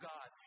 God